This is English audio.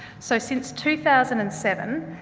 so since two thousand and seven,